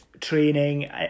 training